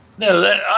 No